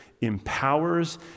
empowers